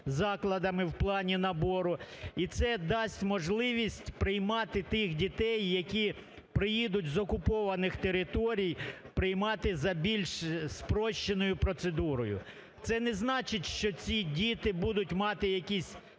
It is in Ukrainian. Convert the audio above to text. закладами в плані набору і це дасть можливість приймати тих дітей, які приїдуть з окупованих територій приймати за більш спрощеною процедурою. Це не значить, що ці діти будуть мати якісь